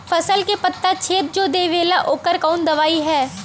फसल के पत्ता छेद जो देवेला ओकर कवन दवाई ह?